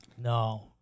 No